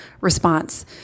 response